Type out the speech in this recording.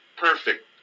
perfect